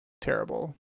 terrible